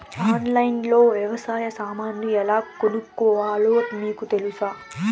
ఆన్లైన్లో లో వ్యవసాయ సామాన్లు ఎలా కొనుక్కోవాలో మీకు తెలుసా?